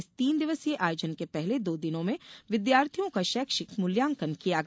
इस तीन दिवसीय आयोजन के पहले दो दिनों में विद्यार्थियों का शैक्षिक मूल्यांकन किया गया